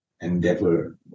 endeavor